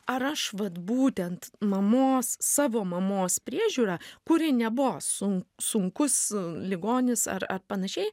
ar aš vat būtent mamos savo mamos priežiūra kuri nebuvo sun sunkus ligonis ar ar panašiai